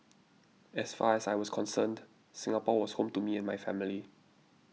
as far as I was concerned Singapore was home to me and my family